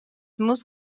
muss